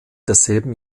desselben